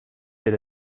did